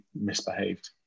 misbehaved